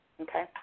okay